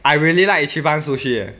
I really like ichiban sushi ya